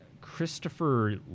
Christopher